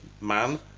man